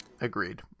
Agreed